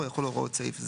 כב"ה יכולים להוציא עצירה